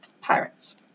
pirates